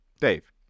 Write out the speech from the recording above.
Dave